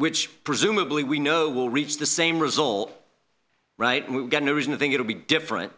which presumably we know will reach the same result right we've got no reason to think it'll be different